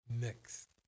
next